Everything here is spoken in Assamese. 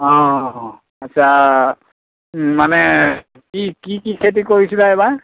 অঁ আচ্ছা মানে কি কি কি খেতি কৰিছিলা এইবাৰ